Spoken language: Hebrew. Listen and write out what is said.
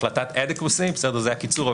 החלטת adequacy בסדר זה הקיצור,